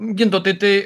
gintautai tai